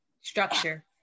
structure